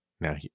now